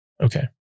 Okay